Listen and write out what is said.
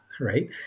right